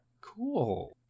Cool